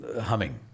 humming